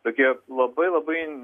tokie labai labai